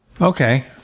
Okay